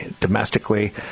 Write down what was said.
domestically